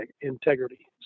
integrity